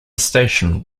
station